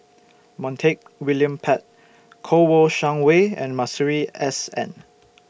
Montague William Pett Kouo Shang Wei and Masuri S N